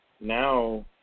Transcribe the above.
now